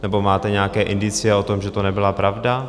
Nebo máte nějaké indicie o tom, že to nebyla pravda?